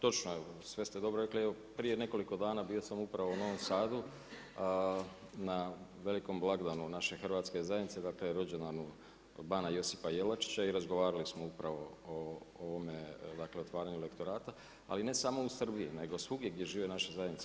Točno je sve ste dobro rekli, evo prije nekoliko dana bio sam upravo u Novom Sadu na velikom blagdanu naše hrvatske zajednice, dakle, rođendanu bana Josipa Jelačića i razgovarali smo upravo o ovome, dakle, otvaranje lektorata, ali ne samo u Srbiji, nego svugdje gdje žive naše zajednice.